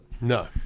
No